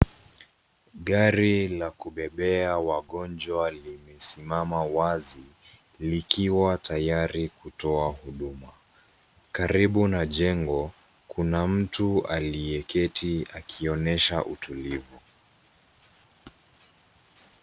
Gari la kubebea wagonjwa limesimama wazi likiwa tayari kutoa huduma. Karibu na jengo kuna mtu aliyeketi akionyesha utulivu.